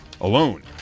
alone